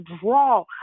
draw